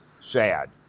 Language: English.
sad